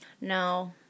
No